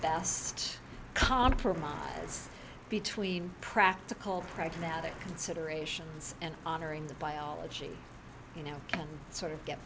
best compromise between practical pragmatic considerations and honoring the biology you know sort of get